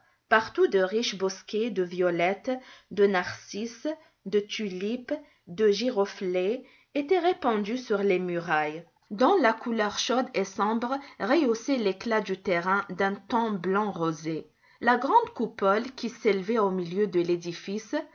partout de riches bosquets de violettes de narcisses de tulipes de giroflées étaient répandus sur les murailles dont la couleur chaude et sombre rehaussait l'éclat du terrain d'un ton blanc rosé la grande coupole qui s'élevait au milieu de l'édifice